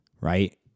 right